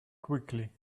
quickly